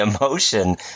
emotion